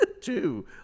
Two